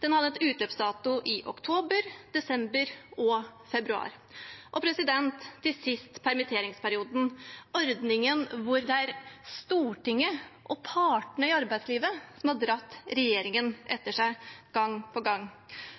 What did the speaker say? Den hadde en utløpsdato i oktober, desember og februar. Til sist permitteringsperioden, ordningen der det er Stortinget og partene i arbeidslivet som har dratt regjeringen etter seg gang på gang.